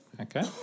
Okay